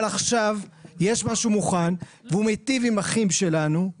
אבל עכשיו יש משהו מוכן והוא מיטיב עם אחים שלנו,